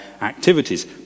activities